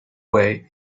way